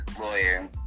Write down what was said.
lawyer